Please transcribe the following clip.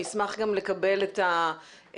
נשמח גם לקבל את המעמד.